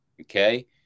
Okay